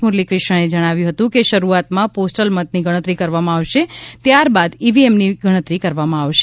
મુરલી ક્રિષ્ણાએ જણાવ્યું હતું કે શરૂઆતમાં પોસ્ટલ મતની ગણતરી કરવામાં આવશે ત્યારબાદ ઈવીએમની ગણતરી કરવામાં આવશે